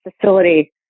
facility